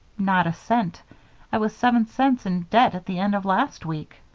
not a cent i was seven cents in debt at the end of last week.